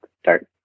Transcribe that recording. start